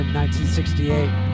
1968